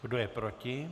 Kdo je proti?